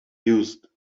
used